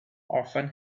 often